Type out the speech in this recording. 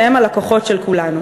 שהם הלקוחות של כולנו?